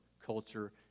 culture